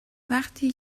وقتی